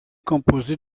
composée